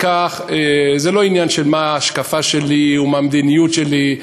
זה לא עניין של מה ההשקפה שלי ומה המדיניות שלי.